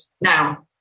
now